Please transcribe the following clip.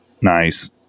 Nice